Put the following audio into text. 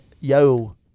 Yo